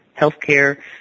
healthcare